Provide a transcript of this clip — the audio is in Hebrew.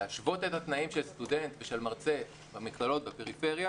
להשוות את התנאים של סטודנט ושל מרצה במכללות בפריפריה